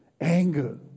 anger